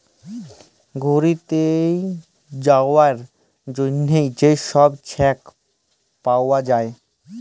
ঘ্যুইরতে যাউয়ার জ্যনহে যে ছব চ্যাক পাউয়া যায়